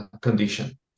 condition